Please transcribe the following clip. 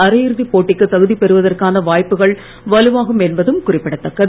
அரையிறுதிப் போட்டிக்கு தகுதி பெறுவதற்கான வாய்ப்புகள் வலுவாகும் என்பதும் குறிப்பிடதக்கது